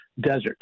desert